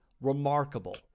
remarkable